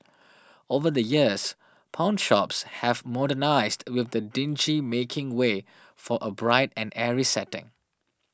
over the years pawnshops have modernised with the dingy making way for a bright and airy setting